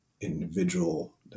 individual